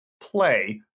play